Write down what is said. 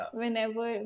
whenever